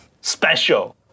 Special